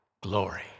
glory